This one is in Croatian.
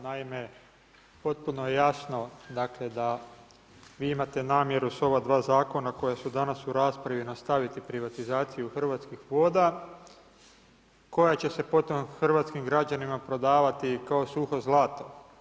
Naime, potpuno je jasno da vi imate namjeru s ova dva zakona koja su danas u raspravi nastaviti privatizaciju Hrvatskih voda koja će se potom hrvatskim građanima prodavati kao suho zlato.